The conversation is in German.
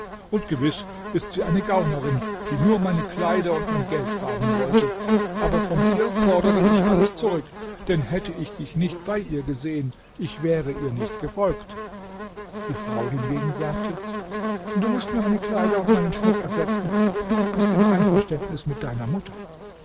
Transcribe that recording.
und gewiß ist sie eine gaunerin die nur meine kleider und mein geld haben wollte aber von dir fordere ich alles zurück denn hätte ich dich nicht bei ihr gesehen ich wäre ihr nicht gefolgt die frau hingegen sagte du mußt mir meine kleider und meinen schmuck ersetzen du bist im einverständnis mit deiner mutter